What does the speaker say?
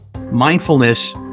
Mindfulness